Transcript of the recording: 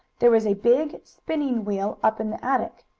there was a big spinning wheel up in the attic.